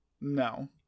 No